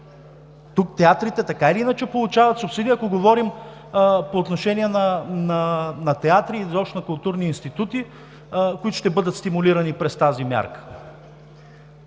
Тук театрите така или иначе получават субсидия, ако говорим по отношение на театри и изобщо на културни институти, които ще бъдат стимулирани през тази мярка.